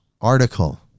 article